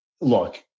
look